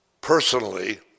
personally